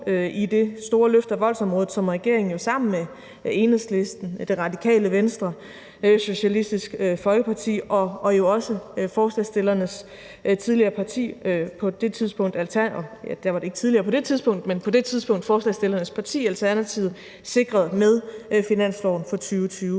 i det store løft af voldsområdet, som regeringen jo sammen med Enhedslisten, Radikale Venstre, Socialistisk Folkeparti og også forslagsstillernes tidligere parti, Alternativet, sikrede med finansloven for 2020.